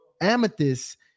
Amethyst